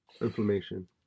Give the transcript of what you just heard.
Inflammation